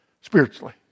Spiritually